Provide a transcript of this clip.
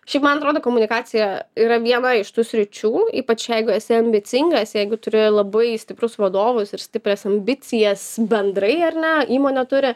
šiaip man atrodo komunikacija yra viena iš tų sričių ypač jeigu esi ambicingas jeigu turi labai stiprus vadovus ir stiprias ambicijas bendrai ar ne įmonė turi